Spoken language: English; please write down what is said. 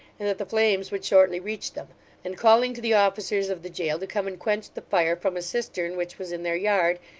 and that the flames would shortly reach them and calling to the officers of the jail to come and quench the fire from a cistern which was in their yard,